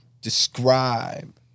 describe